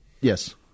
Yes